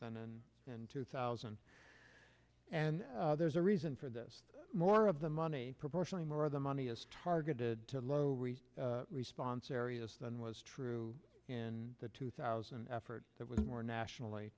than and in two thousand and there's a reason for this more of the money proportionally more of the money is targeted to lower response areas than was true in the two thousand effort that was more nationally